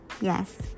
yes